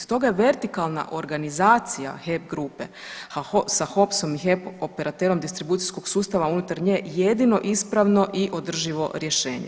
Stoga je vertikalna organizacija HEP grupe sa HOPS-om i HEP-om operaterom distribucijskog sustava unutar nje jedino ispravno i održivo rješenje.